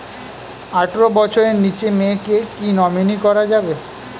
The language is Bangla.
আঠারো বছরের নিচে মেয়েকে কী নমিনি করা যাবে?